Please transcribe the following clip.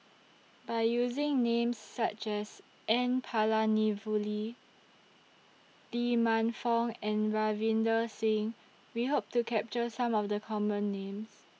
By using Names such as N Palanivelee Lee Man Fong and Ravinder Singh We Hope to capture Some of The Common Names